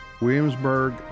williamsburg